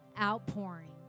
outpouring